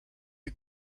you